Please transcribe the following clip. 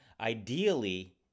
ideally